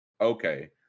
Okay